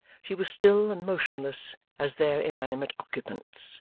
she was still and motionless as their inanimate occupants,